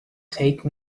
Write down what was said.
take